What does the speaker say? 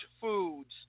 foods